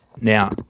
now